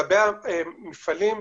לגבי המפעלים,